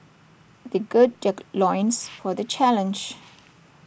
they gird their loins for the challenge